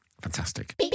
fantastic